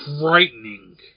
frightening